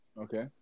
Okay